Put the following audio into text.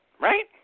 Right